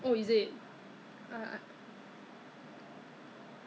but Jollibee I find not so bad err Arnold's is good